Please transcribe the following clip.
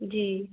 जी